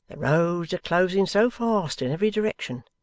roads are closing so fast in every direction,